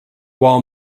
wall